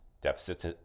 Deficits